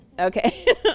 Okay